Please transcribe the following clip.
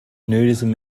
nudism